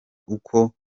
uko